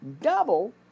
double